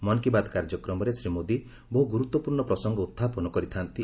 ମନ୍କୀ ବାତ୍ କାର୍ଯ୍ୟକ୍ରମରେ ଶ୍ରୀ ମୋଦି ବହୁ ଗୁରୁତ୍ୱପୂର୍୍ଣ୍ଣ ପ୍ରସଙ୍ଗ ଉତ୍ଥାପନ କରିଥା'ନ୍ତି